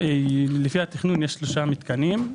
לפי התכנון יש שלושה מתקנים.